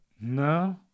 No